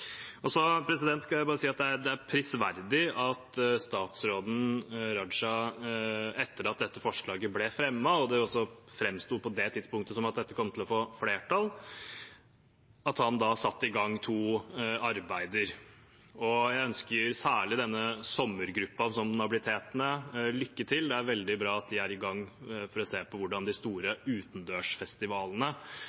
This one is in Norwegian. Jeg kan si at det er prisverdig at statsråd Raja, etter at dette forslaget ble fremmet – og det framsto på det tidspunktet som at det kom til å få flertall – da satte i gang to arbeider. Jeg ønsker særlig denne sommergruppen, som den er blitt hetende, lykke til. Det er veldig bra at de er i gang for å se på hvordan de store